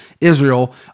Israel